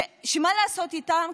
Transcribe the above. ומה לעשות איתם,